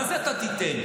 מה זה שאתה תיתן?